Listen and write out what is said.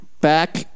back